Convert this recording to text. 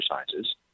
exercises